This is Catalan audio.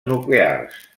nuclears